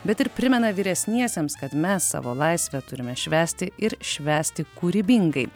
bet ir primena vyresniesiems kad mes savo laisvę turime švęsti ir švęsti kūrybingai